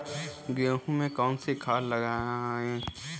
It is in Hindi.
गेहूँ में कौनसी खाद लगाएँ?